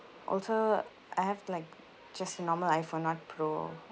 also I have like just a normal iphone not pro